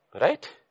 Right